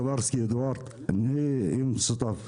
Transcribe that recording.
אני עם שותפי,